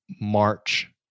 March